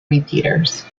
repeaters